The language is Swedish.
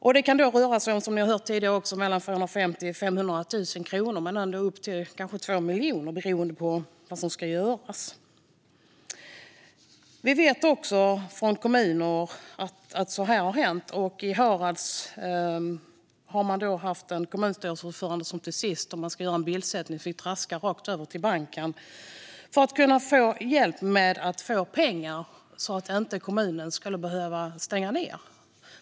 Som ni har hört tidigare kan det röra sig om 450 000-500 000 kronor men också ända upp till kanske 2 miljoner, beroende på vad som ska göras. Vi vet också från vissa kommuner att detta har hänt. I Harads kommun har man haft en kommunstyrelseordförande som till sist - om man ska göra en bildsättning - fick traska rakt över till banken för att få hjälp med pengar så att kommunen inte skulle behöva stänga ned.